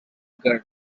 girl